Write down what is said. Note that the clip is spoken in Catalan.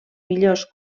millors